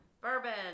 Bourbon